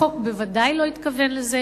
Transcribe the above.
החוק בוודאי לא התכוון לזה,